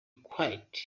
quite